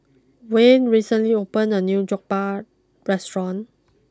when recently opened a new Jokbal restaurant